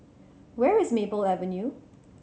where is Maple Avenue